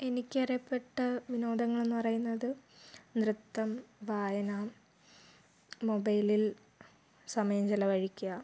എനിക്കറിയപ്പെട്ട വിനോദങ്ങളെന്ന് പറയുന്നത് നൃത്തം വായന മൊബൈലിൽ സമയം ചിലവഴിക്കുക